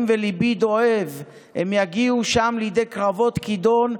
ולבי כואב: / הם יגיעו שם לידי קרבות כידון.